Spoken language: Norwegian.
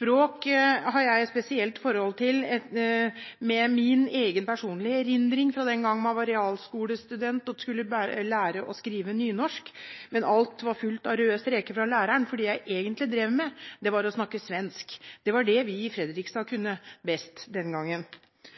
Jeg har et spesielt forhold til språk fordi jeg har min egen personlige erindring fra den gang jeg var realskolestudent. Da skulle jeg lære å skrive nynorsk, men alt var fullt av røde streker fra læreren fordi det jeg egentlig drev med, var å snakke svensk. Det var det vi i Fredrikstad kunne best den gangen.